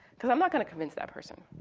cause i'm not gonna convince that person.